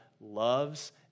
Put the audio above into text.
loves